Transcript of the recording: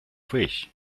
fish